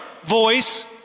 voice